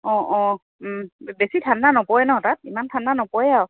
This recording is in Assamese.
অঁ অঁ বেছি ঠাণ্ডা নপৰে ন তাত ইমান ঠাণ্ডা নপৰেই আৰু